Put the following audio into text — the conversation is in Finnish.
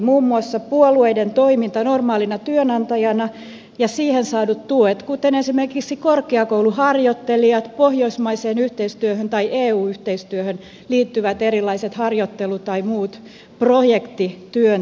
muun muassa puolueiden toiminta normaalina työnantajana ja siihen saadut tuet kuten esimerkiksi korkeakouluharjoittelijat pohjoismaiseen yhteistyöhön tai eu yhteistyöhön liittyvät erilaiset harjoittelu tai muut projektityöntekijät